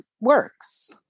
works